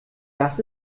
das